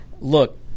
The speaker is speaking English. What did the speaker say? Look